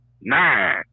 nine